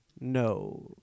No